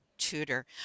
tutor